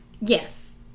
Yes